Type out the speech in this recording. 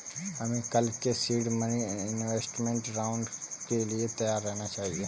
हमें कल के सीड मनी इन्वेस्टमेंट राउंड के लिए तैयार रहना चाहिए